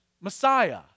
Messiah